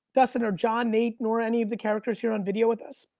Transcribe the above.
dustin or john, nate, nora, any of the characters here on video with us?